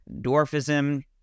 dwarfism